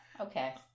Okay